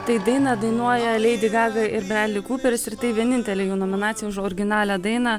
tai dainą dainuoja leidi gaga ir bredli kuperis ir tai vienintelė jų nominacija už originalią dainą